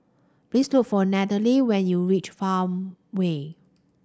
please look for Nannette when you reach Farmway